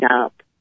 up